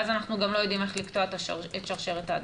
ואז אנחנו גם לא יודעים איך לקטוע את שרשרת ההדבקה.